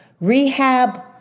rehab